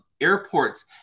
airports